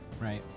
right